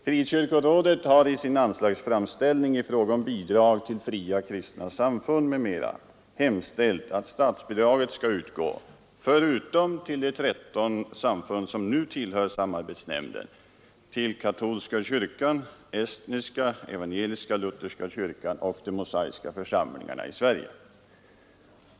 Frikyrkorådet har i sin anslagsframställning i fråga om Bidrag till fria kristna samfund m.m. hemställt att statsbidraget skall utgå, förutom till de 13 samfund som nu tillhör samarbetsnämnden, till katolska kyrkan, estniska evangelisk-lutherska kyrkan och de mosaiska församlingarna i Sverige.